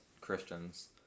Christians